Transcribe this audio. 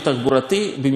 במיוחד במפרץ,